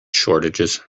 shortages